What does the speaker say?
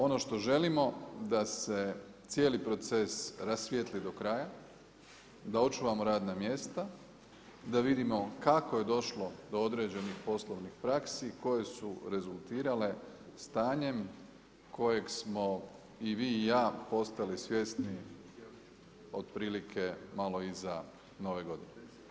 Ono što želimo da se cijeli proces rasvijetli do kraja, da očuvamo radna mjesta, da vidimo kako je došlo do određenih poslovnih praksi, koje su rezultirale stanjem kojeg smo i vi i ja postali svjesni otprilike malo iza nove godine.